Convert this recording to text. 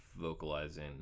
vocalizing